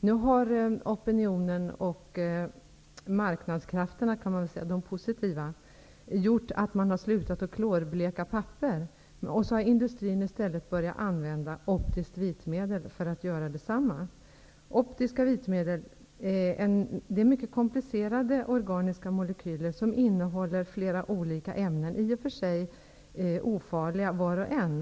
Nu har opinionen och de positiva marknadskrafterna gjort att man har slutat med klorblekning av papper. Så har industrin i stället börjat använda optiska vitmedel för blekning. I optiska vitmedel ingår mycket komplicerade organiska molekyler och innehåller flera olika ämnen, i och för sig ofarliga vart och ett.